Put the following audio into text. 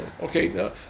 okay